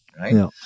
Right